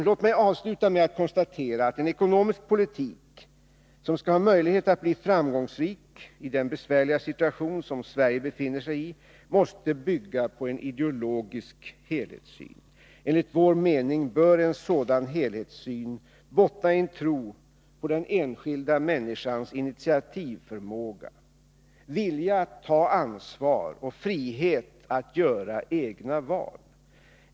Låt mig avsluta med att konstatera att en ekonomisk politik, som skall ha möjlighet att bli framgångsrik i den besvärliga situation som Sverige befinner sig i, måste bygga på en ideologisk helhetssyn. Enligt vår mening bör en sådan helhetssyn bottna i en tro på den enskilda människans initiativförmåga, vilja att ta ansvar och frihet att göra egna val.